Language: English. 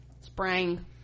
spring